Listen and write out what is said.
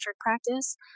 practice